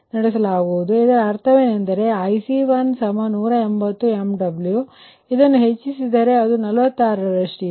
ಇದರ ಅರ್ಥವೇನೆಂದರೆ ಈ IC1180 MW ಬರುವವರೆಗೆ ನೀವು ಅದನ್ನು ಹೆಚ್ಚಿಸುವವರೆಗೆ ಅದು 46 ರಷ್ಟಿದೆ